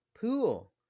pool